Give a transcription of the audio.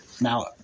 Now